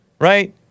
Right